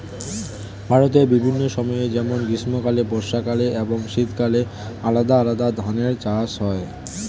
ভারতের বিভিন্ন সময় যেমন গ্রীষ্মকালে, বর্ষাকালে এবং শীতকালে আলাদা আলাদা ধরনের চাষ হয়